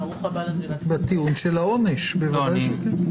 בטיעון של העונש בוודאי שכן.